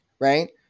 right